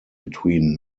between